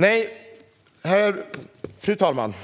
Nej, fru talman,